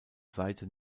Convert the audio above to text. seite